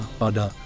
pada